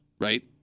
right